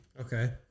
Okay